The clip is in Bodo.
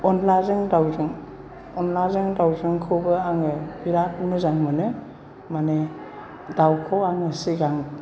अनलाजों दावजोंखौबो आङो बिराद मोजां मोनो माने दाउखौ आङो सिगां